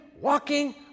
walking